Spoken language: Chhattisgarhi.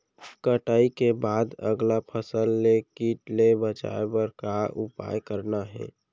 कटाई के बाद अगला फसल ले किट ले बचाए बर का उपाय करना हे?